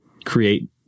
create